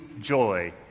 joy